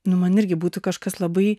nu man irgi būtų kažkas labai